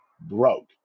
broke